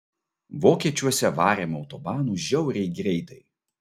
vokiečiuose varėm autobanu žiauriai greitai